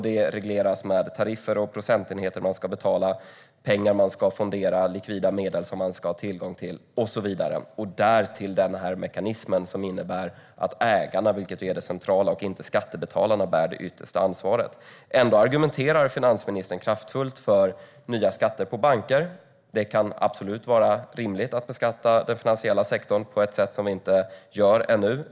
Det regleras med tariffer och procentenheter. Man ska betala pengar, man ska fondera likvida medel som man ska ha tillgång till och så vidare. Därtill denna mekanism som innebär att ägarna, vilket är det centrala, och inte skattebetalarna bär det yttersta ansvaret. Ändå argumenterar finansministern kraftfullt för nya skatter på banker. Det kan absolut vara rimligt att beskatta den finansiella sektorn på ett sätt som vi ännu inte gör.